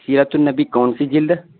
سیرت النبی کون سی جلد